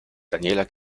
daniela